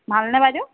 ভাল নে বাইদেউ